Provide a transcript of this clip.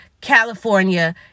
california